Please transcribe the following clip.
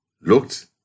looked